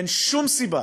אין שום סיבה,